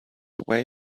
away